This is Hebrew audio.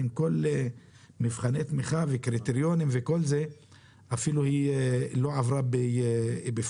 עם כל מבחני התמיכה והקריטריונים היא לא עברה בפועל,